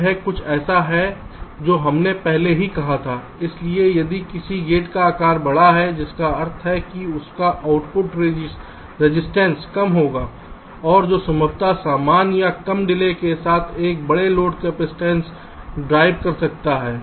तो यह कुछ ऐसा है जो हमने पहले ही कहा था इसलिए यदि किसी गेट का आकार बड़ा है जिसका अर्थ है कि इसका आउटपुट रेजिस्टेंस कम होगा और जो संभवत समान या कम डिले के साथ एक बड़ा लोड कपसिटंस ड्राइव कर सकता है